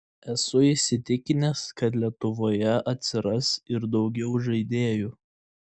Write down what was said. esu įsitikinęs kad lietuvoje atsiras ir daugiau žaidėjų